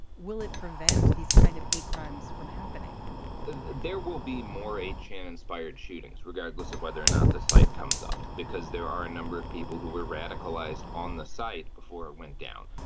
will it prevent these kind of hate crimes from happening there will be more a charge inspired shootings regardless of whether or not the site comes up because there are a number of people who were radicalized on the site before it went down.